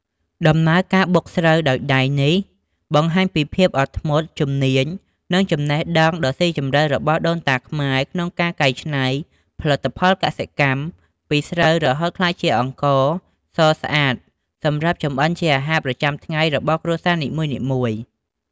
ដំណើរការបុកស្រូវដោយដៃនេះ បង្ហាញពីភាពអត់ធ្មត់ ជំនាញ និងចំណេះដឹងដ៏ស៊ីជម្រៅរបស់ដូនតាខ្មែរក្នុងការកែច្នៃផលិតផលកសិកម្ម ពីស្រូវរហូតក្លាយជាអង្ករសស្អាតសម្រាប់ចម្អិនជាអាហារប្រចាំថ្ងៃរបស់គ្រួសារនីមួយៗ។